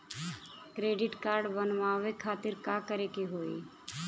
Credit card बनवावे खातिर का करे के होई?